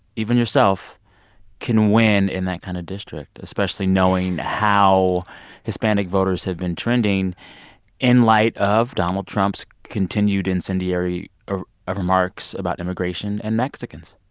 even yourself can win in that kind of district, especially knowing how hispanic voters have been trending in light of donald trump's continued incendiary ah remarks about immigration and mexicans?